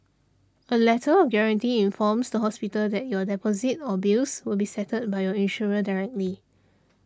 a letter of guarantee informs the hospital that your deposit or bills will be settled by your insurer directly